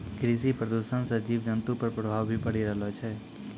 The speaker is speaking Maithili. कृषि प्रदूषण से जीव जन्तु पर प्रभाव भी पड़ी रहलो छै